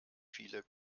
viele